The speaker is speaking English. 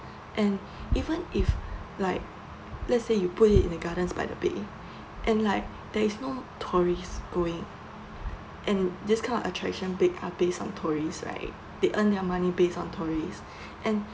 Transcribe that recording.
and even if like let say you put it in the Gardens by the Bay and like there is no tourists going and this kind of attraction ba~ are based on tourist right they earn their money based on tourists and